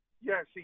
Yes